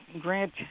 Grant